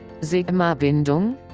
Sigma-Bindung